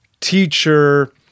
teacher